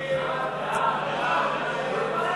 הצעת סיעת חד"ש להביע